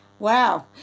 Wow